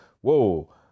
whoa